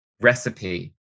recipe